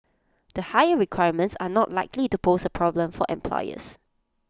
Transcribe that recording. the higher requirements are not likely to pose A problem for employers